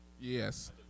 Yes